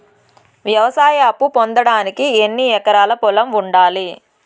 వ్యవసాయ అప్పు పొందడానికి ఎన్ని ఎకరాల పొలం ఉండాలి?